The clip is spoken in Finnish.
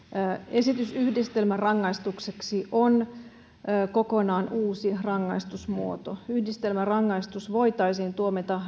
esitys yhdistelmärangaistukseksi on kokonaan uusi rangaistusmuoto yhdistelmärangaistus voitaisiin tuomita